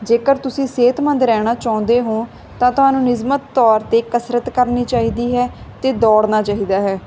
ਜੇਕਰ ਤੁਸੀਂ ਸਿਹਤਮੰਦ ਰਹਿਣਾ ਚਾਹੁੰਦੇ ਹੋ ਤਾਂ ਤੁਹਾਨੂੰ ਨਿਯਮਤ ਤੌਰ 'ਤੇ ਕਸਰਤ ਕਰਨੀ ਚਾਹੀਦੀ ਹੈ ਅਤੇ ਦੌੜਨਾ ਚਾਹੀਦਾ ਹੈ